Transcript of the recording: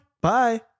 Bye